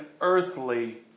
earthly